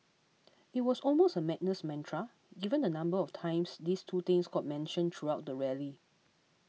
it was almost a madness mantra given the number of times these two things got mentioned throughout the rally